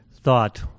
thought